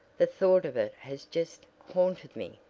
the thought of it has just haunted me!